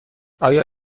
آیا